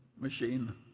machine